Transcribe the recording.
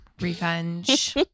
revenge